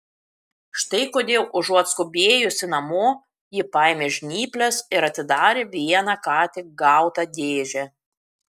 štai kodėl užuot skubėjusi namo ji paėmė žnyples ir atidarė vieną ką tik gautą dėžę